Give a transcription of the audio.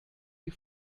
die